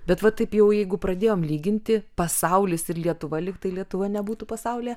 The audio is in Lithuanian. bet va taip jau jeigu pradėjom lyginti pasaulis ir lietuva lyg tai lietuva nebūtų pasaulyje